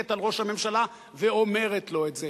חולקת על ראש הממשלה ואומרת לו את זה.